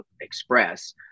Express